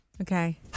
Okay